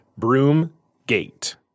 Broomgate